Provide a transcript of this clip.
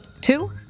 two